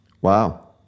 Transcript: Wow